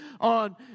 on